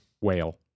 Whale